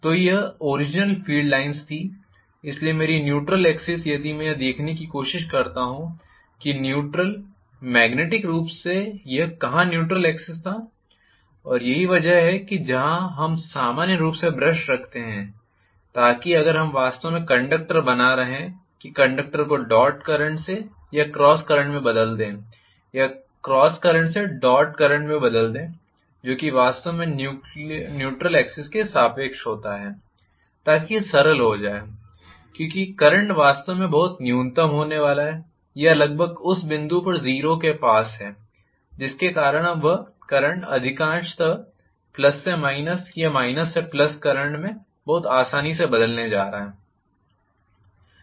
तो यह original field lines थी इसलिए मेरी न्यूट्रल एक्सिस यदि मैं यह देखने की कोशिश करता हूं कि न्यूट्रल मॅग्नेटिक रूप से यह कहाँ न्यूट्रल एक्सिस था और यही वह जगह है जहां हम सामान्य रूप से ब्रश रखते हैं ताकि अगर हम वास्तव में कंडक्टर बना रहे हैं कि करंट को डॉट करंट से क्रॉस करंट में बदल दें या क्रॉस करंट से डॉट करंट में बदल दें जो कि वास्तव में न्यूट्रल एक्सिस के सापेक्ष होता है ताकि यह सरल हो जाए क्योंकि करंट वास्तव में बहुत न्यूनतम होने वाला है या लगभग उस बिंदु पर 0 के पास है जिसके कारण वह करंट अधिकांशतः प्लस से माइनस या माइनस से प्लस करंट में बहुत आसानी से बदलने जा रहा है